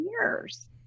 years